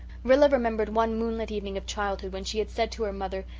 rilla remembered one moonlit evening of childhood when she had said to her mother,